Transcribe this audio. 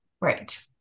Right